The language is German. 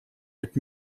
mit